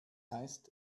heißt